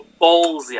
Ballsy